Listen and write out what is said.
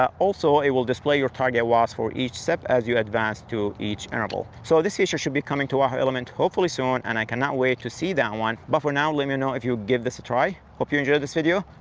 ah also it will display your target watts for each step as you advance to each interval. so this feature should be coming to the element hopefully soon, and i cannot wait to see that one. but for now let me know if you give this a try. i hope you enjoyed this video.